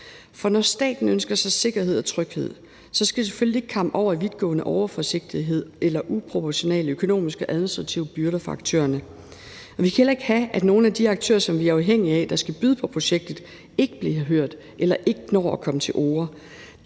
For når staten ønsker sig sikkerhed og tryghed, skal det selvfølgelig ikke kamme over i vidtgående overforsigtighed eller uproportionale økonomiske og administrative byrder for aktørerne. Men vi skal heller ikke have, at nogle af de aktører, som vi er afhængige af, og som skal byde på projektet, ikke bliver hørt eller ikke når at komme til orde.